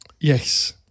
Yes